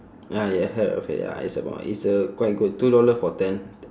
ah you have heard of it ya it's about it's a quite good two dollar for ten